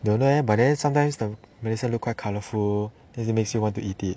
don't know leh but then sometimes the medicine look quite colourful then it makes you want to eat it